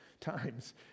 times